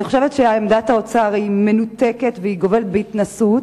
אני חושבת שעמדת האוצר מנותקת וגובלת בהתנשאות.